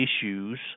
issues